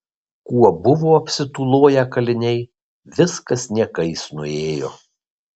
kuo buvo apsitūloję kaliniai viskas niekais nuėjo